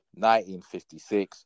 1956